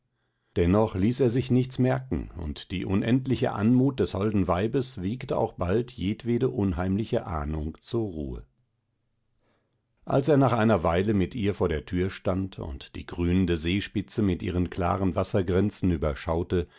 dennoch ließ er sich nichts merken und die unendliche anmut des holden weibes wiegte auch bald jedwede unheimliche ahnung zur ruhe als er nach einer weile mit ihr vor der tür stand und die grünende seespitze mit ihren klaren wassergrenzen